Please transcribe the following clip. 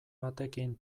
batekin